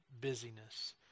busyness